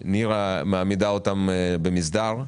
נירה מעמידה אותם במסדר,